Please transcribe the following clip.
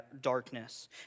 darkness